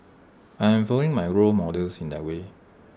I am following my role models in that way